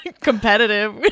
competitive